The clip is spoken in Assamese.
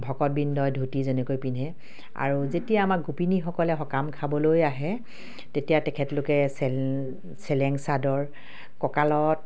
ভকতবৃন্দই ধুতি যেনেকৈ পিন্ধে আৰু যেতিয়া আমাৰ গোপিনীসকলে সকাম খাবলৈ আহে তেতিয়া তেখেতলোকে চেলেং চাদৰ কঁকালত